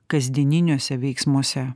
kasdieniniuose veiksmuose